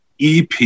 EP